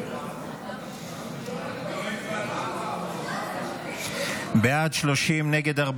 ההצעה להעביר לוועדה את הצעת החוק